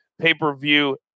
pay-per-view